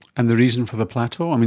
and the reason for the plateau?